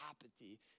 apathy